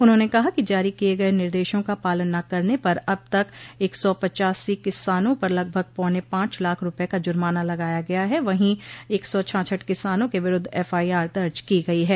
उन्होंने कहा कि जारी किये गये निर्देशों का पालन न करने पर अब तक एक सौ पच्चासी किसानों पर लगभग पौने पांच लाख रूपये का जुर्माना लगाया गया है वहीं एक सौ छाछठ किसानों के विरूद्व एफआईआर दर्ज की गई है